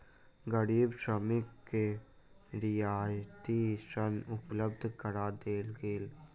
गरीब श्रमिक के रियायती ऋण उपलब्ध करा देल गेल